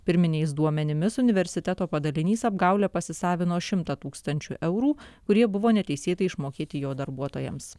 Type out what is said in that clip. pirminiais duomenimis universiteto padalinys apgaule pasisavino šimtą tūkstančių eurų kurie buvo neteisėtai išmokėti jo darbuotojams